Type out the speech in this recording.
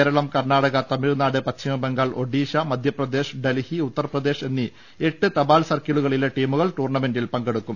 കേരളം കർണാടക തമിഴ്നാട് പശ്ചിമബംഗാൾ ഒഡീഷ മധ്യ പ്രദേശ് ഡൽഹി ഉത്തർപ്രദേശ് എന്നീ എട്ട് തപാൽ സർക്കിളുക ളിലെ ടീമുകൾ ടൂർണ്ണമെന്റിൽ പങ്കെടുക്കും